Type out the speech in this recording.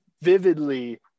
vividly